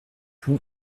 pont